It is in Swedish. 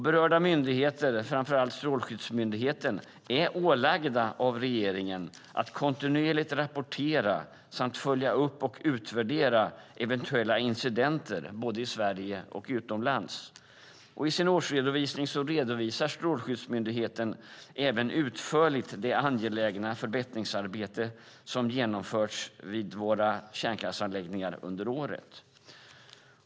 Berörda myndigheter, framför allt Strålsäkerhetsmyndigheten, är ålagda av regeringen att kontinuerligt rapportera, följa upp och utvärdera eventuella incidenter både i Sverige och utomlands. I sin årsredovisning redovisar Strålsäkerhetsmyndigheten även utförligt det angelägna förbättringsarbete som genomförts vid våra kärnkraftsanläggningar under året.